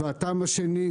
והטעם השני,